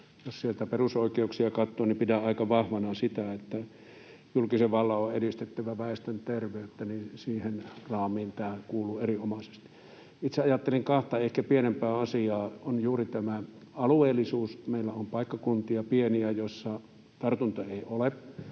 jos sieltä perusoikeuksia katsoo, niin pidän aika vahvana sitä, että julkisen vallan on edistettävä väestön terveyttä, ja siihen raamiin tämä kuuluu erinomaisesti. Itse ajattelin kahta ehkä pienempää asiaa. On juuri tämä alueellisuus — kun meillä on pieniä paikkakuntia, joissa tartuntoja ei ole,